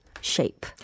shape